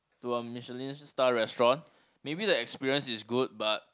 to a Michelin star restaurant maybe the experience is good but